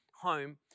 home